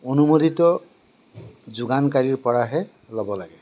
অনুমোদিত যোগানকাৰীৰ পৰাহে ল'ব লাগে